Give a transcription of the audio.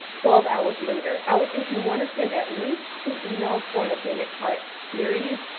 twelve hours later. i would think you wanna send at least two emails for an abandoned cart series.